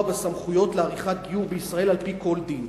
בסמכויות לעריכת גיור בישראל על-פי כל דין.